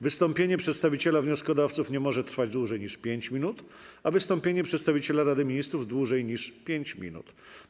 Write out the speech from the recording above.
Wystąpienie przedstawiciela wnioskodawców nie może trwać dłużej niż 5 minut, a wystąpienie przedstawiciela Rady Ministrów nie może trwać dłużej niż 5 minut.